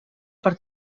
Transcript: per